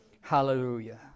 Hallelujah